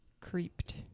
Creeped